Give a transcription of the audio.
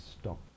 stop